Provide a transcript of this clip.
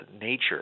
nature